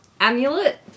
amulet